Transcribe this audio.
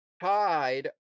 tied